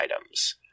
items